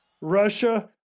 Russia